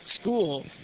school